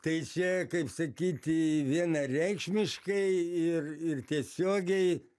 tai čia kaip sakyti vienareikšmiškai ir ir tiesiogiai